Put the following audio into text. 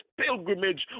pilgrimage